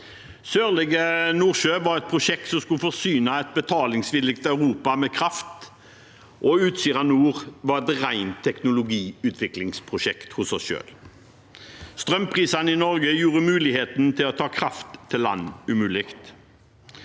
Sørlige Nordsjø var et prosjekt som skulle forsyne et betalingsvillig Europa med kraft, og Utsira Nord var et rent teknologiutviklingsprosjekt hos oss selv. Strømprisene i Norge gjorde muligheten til å ta kraft til land umulig.